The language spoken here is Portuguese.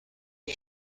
que